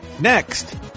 Next